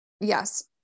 Yes